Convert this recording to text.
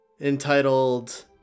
entitled